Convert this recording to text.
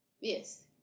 Yes